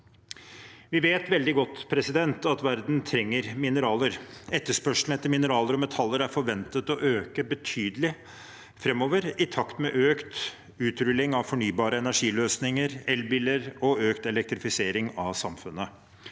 Vi vet veldig godt at verden trenger mineraler. Etterspørselen etter mineraler og metaller er forventet å øke betydelig framover, i takt med økt utrulling av fornybare energiløsninger, elbiler og økt elektrifisering av samfunnet.